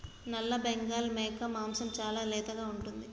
నల్లబెంగాల్ మేక మాంసం చాలా లేతగా ఉంటుంది